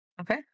Okay